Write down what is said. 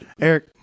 Eric